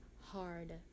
hard